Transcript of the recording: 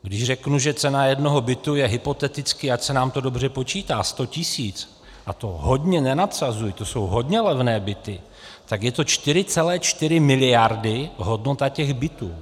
Když řeknu, že cena jednoho bytu je hypoteticky, ať se nám to dobře počítá, 100 tisíc, a to hodně nenadsazuji, to jsou hodně levné byty, tak je to 4,4 mld. hodnota těch bytů.